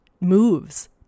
moves